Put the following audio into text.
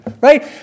Right